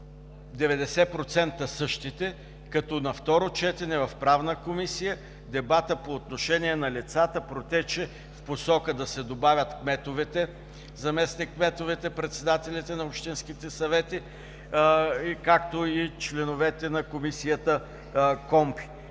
90% същите, като на второ четене в Правна комисия дебатът по отношение на лицата протече в посока да се добавят кметовете, заместник-кметовете, председателите на общинските съвети, както и членовете на Комисията КОНПИ.